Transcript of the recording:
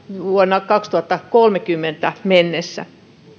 vuoteen kaksituhattakolmekymmentä mennessä